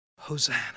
Hosanna